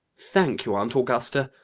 thank you, aunt augusta.